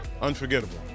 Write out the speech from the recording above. Unforgettable